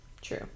true